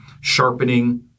sharpening